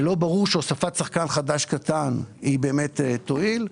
לא ברור שהוספת שחקן חדש קטן היא באמת תועיל.